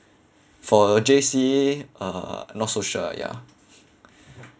for J_C uh not so sure ya